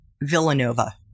Villanova